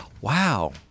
Wow